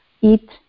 eat